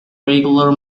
regular